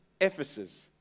Ephesus